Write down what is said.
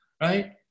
right